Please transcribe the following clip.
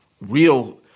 real